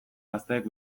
gazteek